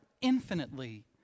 infinitely